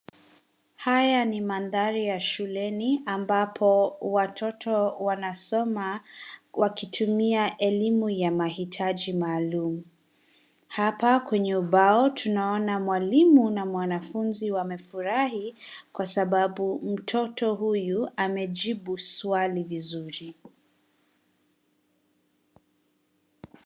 Haya ni mandhari ya shuleni ambapo watoto wanasoma wakitumia elimu ya mahitaji maalum. Hapa kwenye ubao tunaona mwalimu na mwanafunzi wamefurahi kwa sababu mtoto huyu amejibu swali vizuri.